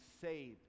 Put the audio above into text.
saved